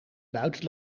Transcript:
buiten